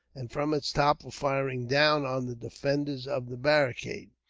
and from its top were firing down on the defenders of the barricade.